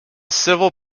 civil